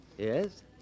Yes